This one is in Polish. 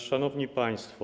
Szanowni Państwo!